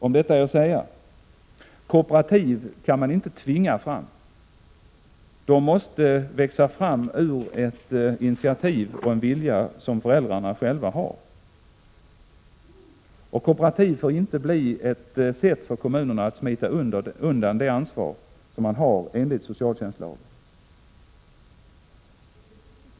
Om detta vill jag säga att kooperativ inte kan tvingas fram, de måste växa fram ur ett initiativ och en vilja från föräldrarna själva. Kooperativen får inte bli ett sätt för kommunerna att smita undan det ansvar som de har enligt socialtjänstlagen.